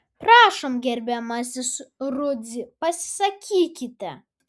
prašom gerbiamasis rudzy pasisakykite